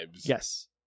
Yes